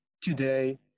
today